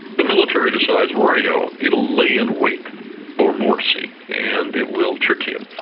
the military decides, righto, it will lay in wait for morsi, and it will trick him.